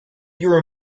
your